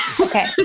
Okay